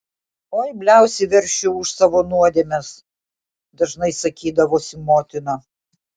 oi bliausi veršiu už savo nuodėmes dažnai sakydavusi motina